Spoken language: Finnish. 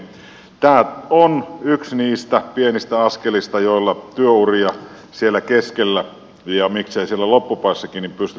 tämä on yksi niistä pienistä askelista joilla työuria siellä keskellä ja miksei siellä loppupäässäkin pystytään jatkamaan